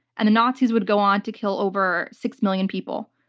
and the nazis would go on to kill over six million people.